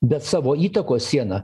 bet savo įtakos sieną